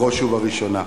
בראש ובראשונה.